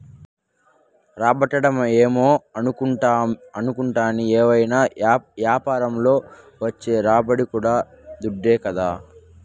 రాబడంటే ఏమో అనుకుంటాని, ఏవైనా యాపారంల వచ్చే రాబడి కూడా దుడ్డే కదా